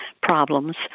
problems